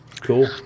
Cool